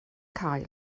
cael